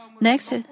Next